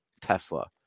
Tesla